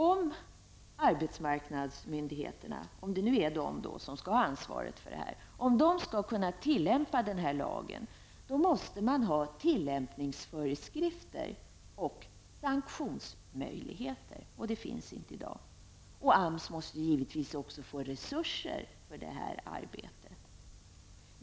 Om arbetsmarknadsmyndigheterna -- om det nu är dessa som skall ha ansvaret -- skall kunna tillämpa lagen måste man ha tillämpningsföreskrifter och sanktionsmöjligheter. Detta finns inte i dag. AMS måste dessutom givetvis få resurser för arbetet.